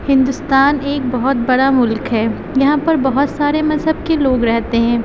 ہندوستان ایک بہت بڑا ملک ہے یہاں پر بہت سارے مذہب کے لوگ رہتے ہیں